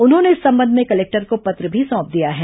उन्होंने इस संबंध में कलेक्टर को पत्र भी सौंप दिया है